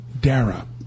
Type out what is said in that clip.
Dara